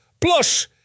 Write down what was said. Plus